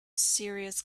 serious